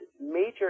major